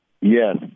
Yes